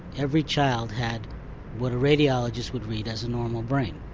every child had what a radiologist would read as a normal brain.